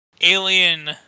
alien